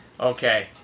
Okay